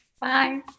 bye